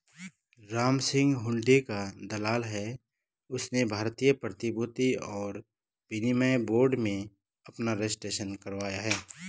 रामसिंह हुंडी का दलाल है उसने भारतीय प्रतिभूति और विनिमय बोर्ड में अपना रजिस्ट्रेशन करवाया है